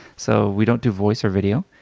so we don't do voice or video.